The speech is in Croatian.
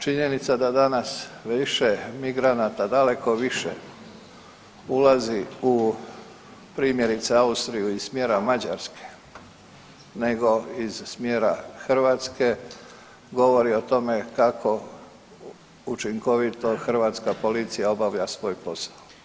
Činjenica da danas više migranata, daleko više, ulazi u primjerice, Austriju iz smjera Mađarske, nego iz smjera Hrvatske, govori o tome kako učinkovito hrvatska policija obavlja svoj posao.